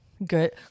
Good